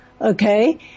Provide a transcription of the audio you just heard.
okay